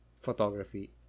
photography